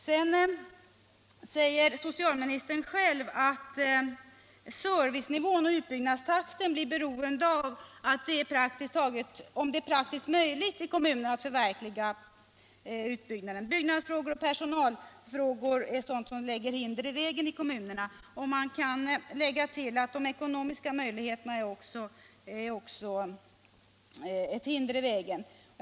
Sedan säger socialministern själv att servicenivån och utbyggnadstakten blir beroende av om det är praktiskt möjligt i kommunerna att förverkliga utbyggnaden. Byggnadsfrågor och personalfrågor lägger hinder i vägen, säger socialministern. Man kan tillägga att även ekonomin är ett hinder i vägen.